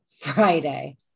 friday